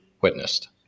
witnessed